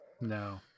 no